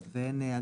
כאלה.